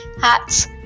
hats